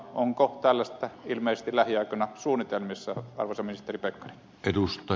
onko tällaista ilmeisesti lähiaikoina suunnitelmissa arvoisa ministeri pekkarinen